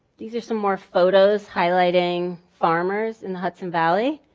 these are some more photos highlighting farmers in the hudson valley.